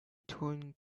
torn